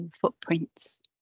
Footprints